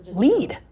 lead!